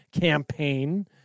campaign